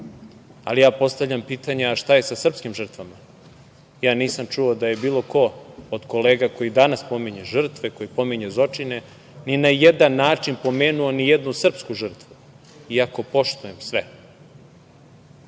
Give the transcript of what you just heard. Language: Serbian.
ali ja postavljam pitanje – a šta je sa srpskim žrtvama? Ja nisam čuo da je bilo ko od kolega koji danas pominje žrtve, koji pominje zločine, ni na jedan način pomenuo nijednu srpsku žrtvu, iako poštujem sve. Da